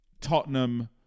Tottenham